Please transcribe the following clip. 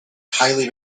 highly